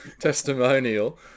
testimonial